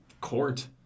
court